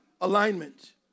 Alignment